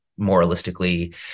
moralistically